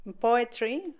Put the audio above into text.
poetry